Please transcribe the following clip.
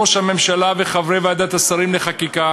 ראש הממשלה וחברי ועדת השרים לחקיקה